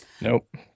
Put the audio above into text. Nope